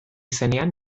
zenean